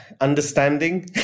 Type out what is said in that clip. Understanding